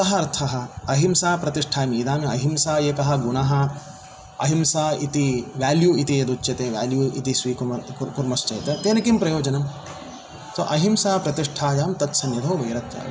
कः अर्थः अहिंसाप्रतिष्ठायं इदानीम् अहिंसा एकः गुणः अहिंसा इति वेल्यु इति यदुच्यते वेल्यु इति स्वीकुर्मश्चेत तेन किं प्रयोजनं सो अहिंसाप्रतिष्ठायां तत्सन्निधौ वैरत्याग